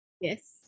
yes